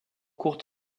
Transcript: kurt